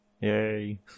Yay